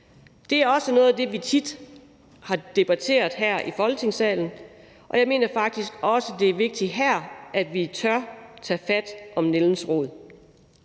Det er også noget af det, vi tit har debatteret her i Folketingssalen, og jeg mener faktisk også, at det er vigtigt her, at vi tør tage fat om nældens rod.